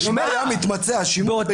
אם היה מתמצה השימוש" --- לא.